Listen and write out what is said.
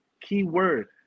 keyword